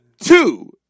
Two